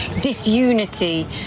disunity